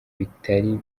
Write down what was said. bitari